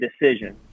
decision